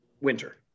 winter